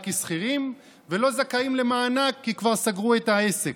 כשכירים ולא זכאים למענק כי כבר סגרו את העסק.